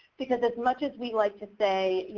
because as much as we like to say,